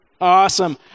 Awesome